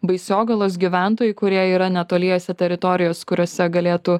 baisiogalos gyventojai kurie yra netoliese teritorijos kuriose galėtų